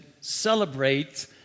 celebrate